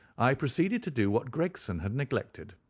i proceeded to do what gregson had neglected.